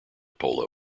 polo